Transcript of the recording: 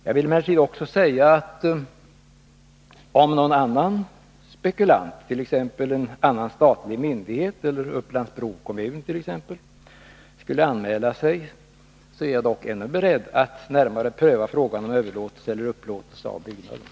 Jag vill emellertid också säga, att om någon annan spekulant — t.ex. en annan statlig myndighet eller Upplands Bro kommun — skulle anmäla sig, är jag fortfarande beredd att närmare pröva frågan om överlåtelse eller upplåtelse av byggnaden.